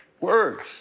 Words